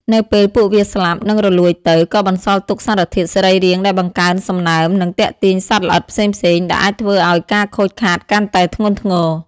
នៅពេលពួកវាស្លាប់ និងរលួយទៅ ក៏បន្សល់ទុកសារធាតុសរីរាង្គដែលបង្កើនសំណើម និងទាក់ទាញសត្វល្អិតផ្សេងៗ ដែលអាចធ្វើឱ្យការខូចខាតកាន់តែធ្ងន់ធ្ងរ។